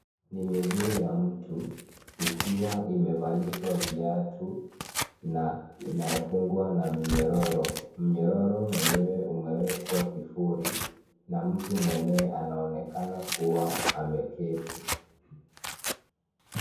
Ni miguu ya mtu nikiwa imevalishwa viatu na inafungwa na minyororo. Mnyororo wenyewe umewekwa kivuli na mtu mwenyewe anaonekana kuwa ameketi.